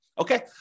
Okay